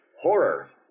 Horror